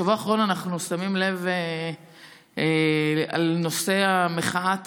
בשבוע האחרון אנחנו שמים לב למחאת המכנסונים,